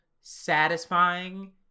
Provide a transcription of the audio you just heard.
satisfying